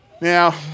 Now